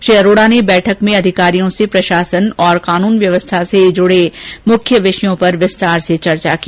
श्री अरोडा ने बैठक में अधिकारियों से प्रशासन और कानून व्यवस्था से जुड़े अहम विषयों पर विस्तार से चर्चा की